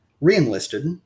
re-enlisted